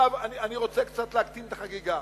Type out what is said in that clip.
רוצה קצת להקטין את החגיגה.